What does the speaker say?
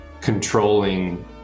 controlling